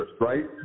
right